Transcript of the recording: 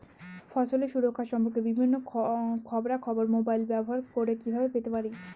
ফসলের সুরক্ষা সম্পর্কে বিভিন্ন খবরা খবর মোবাইল ব্যবহার করে কিভাবে পেতে পারি?